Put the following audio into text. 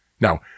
Now